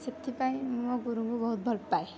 ସେଥିପାଇଁ ମୁଁ ମୋ ଗୁରୁଙ୍କୁ ବହୁତ ଭଲପାଏ